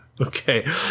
Okay